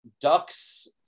ducks